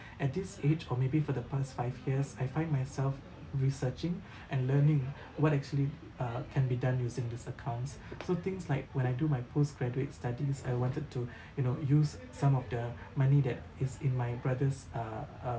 at this age or maybe for the past five years I find myself researching and learning what actually uh can be done using these accounts so things like when I do my post-graduate studies I wanted to you know use some of the money that is in my brother's uh uh